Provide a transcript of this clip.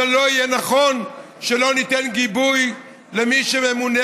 זה לא יהיה נכון שלא ניתן גיבוי למי שממונה